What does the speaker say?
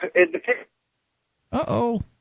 Uh-oh